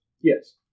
Yes